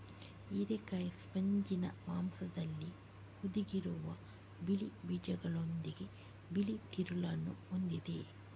ಹಿರೇಕಾಯಿ ಸ್ಪಂಜಿನ ಮಾಂಸದಲ್ಲಿ ಹುದುಗಿರುವ ಬಿಳಿ ಬೀಜಗಳೊಂದಿಗೆ ಬಿಳಿ ತಿರುಳನ್ನ ಹೊಂದಿದೆ